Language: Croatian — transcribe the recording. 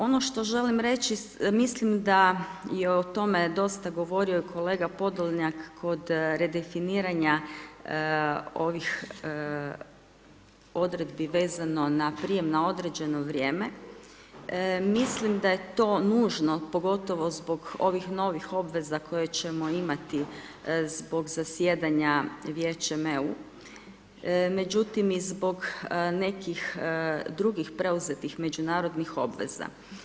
Ono što želim reći, mislim da je o tome dosta govorio i kolega Podoljnjak kod redefinirana ovih odredbi vezano na prijem na određeno vrijeme, mislim da je to nužno pogotovo zbog ovih novih obveza koje ćemo imati zbog zasjedanja Vijećem EU, međutim i zbog nekih drugih preuzetih međunarodnih obveza.